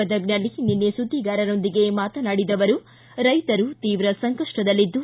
ಗದಗ್ನಲ್ಲಿ ನಿನ್ನೆ ಸುದ್ದಿಗಾರರೊಂದಿಗೆ ಮಾತನಾಡಿದ ಅವರು ರೈತರು ತೀವ್ರ ಸಂಕಷ್ಷದಲ್ಲಿದ್ದು